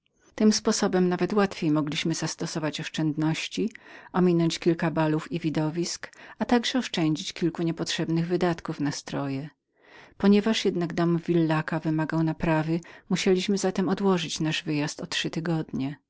tym sposobem nawet łatwiej mogliśmy zastosować naszą teoryą oszczędności chybić kilka balów i widowisk hrabiego i następnie oszczędzić kilka niepotrzebnych wydatków na stroje ponieważ jednak dom w villaca wymagał naprawy musieliśmy zatem odłożyć nasz wyjazd do trzech tygodni